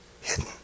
hidden